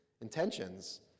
intentions